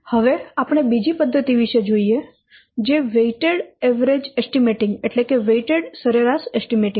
હવે આપણે બીજી પદ્ધતિ વિષે જોઈએ જે વેઈટેડ સરેરાશ એસ્ટીમેંટિંગ છે